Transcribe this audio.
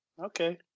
Okay